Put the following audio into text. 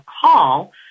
call